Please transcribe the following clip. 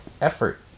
effort